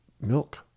milk